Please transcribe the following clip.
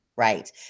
Right